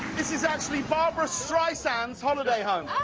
this is actually barbra streisand's holiday home.